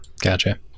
gotcha